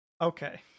Okay